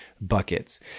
buckets